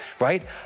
right